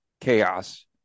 chaos